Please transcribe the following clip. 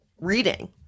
reading